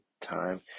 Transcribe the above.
time